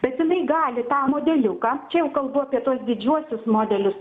bet jinai gali tą modeliuką čia jau kalbu apie tuos didžiuosius modelius